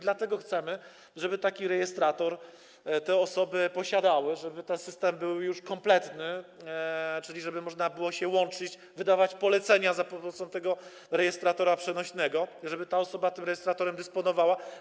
Dlatego chcemy, żeby taki rejestrator te osoby posiadały, żeby ten system był już kompletny, czyli żeby można było się łączyć, wydawać polecenia za pomocą rejestratora przenośnego, żeby ta osoba tym rejestratorem dysponowała.